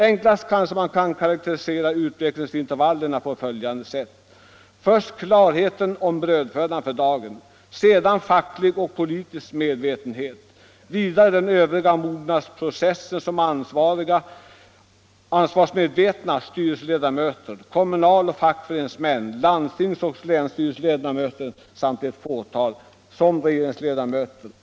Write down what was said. Enklast kanske man kan karakterisera utvecklingsintervallerna på föl jande sätt: först klarheten rörande brödfödan för dagen, sedan facklig och politisk verksamhet, därefter den övriga mognadsprocessen som ansvarsmedvetna styrelseledamöter, kommunaloch fackföreningsmän, landstingsoch länsstyrelseledamöter samt — ett fåtal — som regeringsledamöter.